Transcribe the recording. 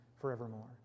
forevermore